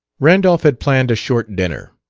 randolph had planned a short dinner.